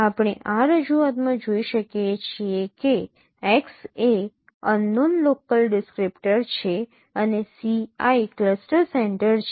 આપણે આ રજૂઆતમાં જોઈ શકીએ છીએ કે x એ અનનોન લોકલ ડિસક્રીપ્ટર છે અને Ci ક્લસ્ટર સેન્ટર છે